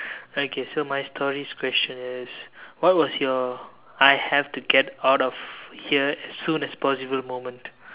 okay so my story's question is what is you I have to get out of here as soon as possible moment